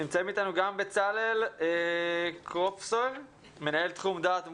נמצאים איתנו גם בצלאל קופרוסר מנהל תחום דעת ומוסיקה,